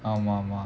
ஆமா ஆமா:aamaa aamaa